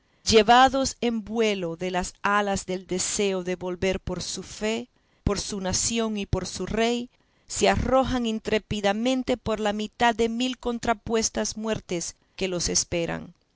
llevados en vuelo de las alas del deseo de volver por su fe por su nación y por su rey se arrojan intrépidamente por la mitad de mil contrapuestas muertes que los esperan